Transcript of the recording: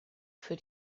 für